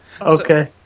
Okay